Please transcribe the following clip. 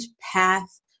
Path